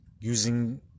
using